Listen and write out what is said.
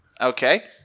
Okay